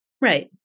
Right